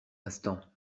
instant